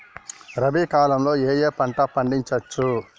రబీ కాలంలో ఏ ఏ పంట పండించచ్చు?